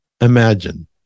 imagine